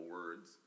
words